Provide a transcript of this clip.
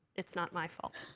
it's not my fault.